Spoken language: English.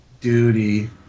Duty